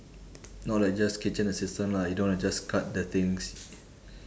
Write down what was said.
not like just kitchen assistant lah you don't wanna just cut the things